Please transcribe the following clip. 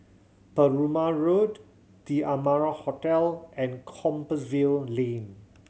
Perumal Road The Amara Hotel and Compassvale Lane